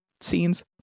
Scenes